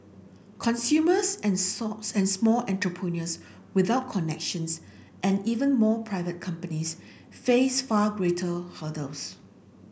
consumers and socks and small entrepreneurs without connections and even more private companies face far greater hurdles